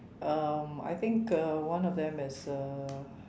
um I think uh one of them is a